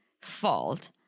fault